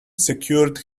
secured